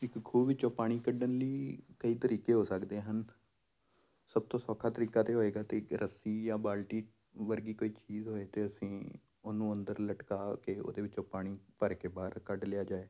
ਇੱਕ ਖੂਹ ਵਿੱਚੋਂ ਪਾਣੀ ਕੱਢਣ ਲਈ ਕਈ ਤਰੀਕੇ ਹੋ ਸਕਦੇ ਹਨ ਸਭ ਤੋਂ ਸੌਖਾ ਤਰੀਕਾ ਤਾਂ ਹੋਵੇਗਾ ਤੇ ਇੱਕ ਰੱਸੀ ਜਾਂ ਬਾਲਟੀ ਵਰਗੀ ਕੋਈ ਚੀਜ਼ ਹੋਏ ਅਤੇ ਅਸੀਂ ਉਹਨੂੰ ਅੰਦਰ ਲਟਕਾ ਕੇ ਉਹਦੇ ਵਿੱਚੋਂ ਪਾਣੀ ਭਰ ਕੇ ਬਾਹਰ ਕੱਢ ਲਿਆ ਜਾਵੇ